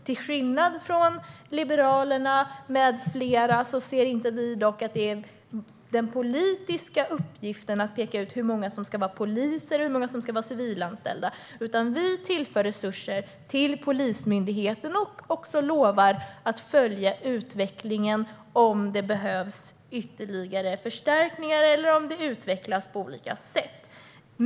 Till skillnad från Liberalerna med flera ser vi det dock inte som en politisk uppgift att peka ut hur många som ska vara poliser och hur många som ska vara civilanställda, utan vi tillför resurser till Polismyndigheten och lovar att följa utvecklingen och se om det behövs ytterligare förstärkningar eller om det utvecklas på olika sätt.